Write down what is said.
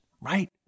Right